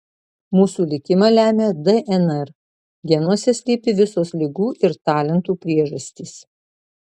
mūsų likimą lemia dnr genuose slypi visos ligų ir talentų priežastys